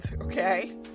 okay